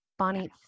Bonnie